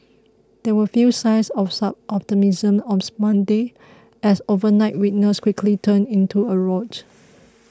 there were few signs of such optimism on Monday as overnight weakness quickly turned into a rout